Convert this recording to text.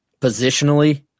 positionally